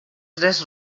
tres